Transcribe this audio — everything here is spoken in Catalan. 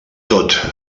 tot